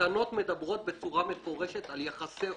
התקנות מדברות בצורה מפורשת על יחסי עובד-מעביד.